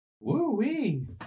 Woo-wee